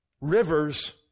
Rivers